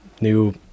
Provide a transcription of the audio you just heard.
new